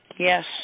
Yes